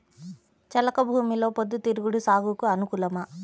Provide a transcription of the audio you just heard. చెలక భూమిలో పొద్దు తిరుగుడు సాగుకు అనుకూలమా?